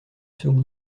seconde